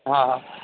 हाँ हाँ